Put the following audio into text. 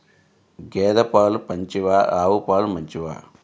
గేద పాలు మంచివా ఆవు పాలు మంచివా?